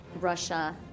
Russia